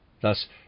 Thus